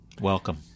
Welcome